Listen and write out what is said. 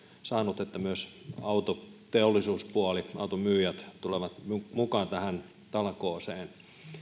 saanut että myös autoteollisuuspuoli ja autonmyyjät tulevat mukaan tähän talkooseen